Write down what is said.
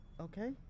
Okay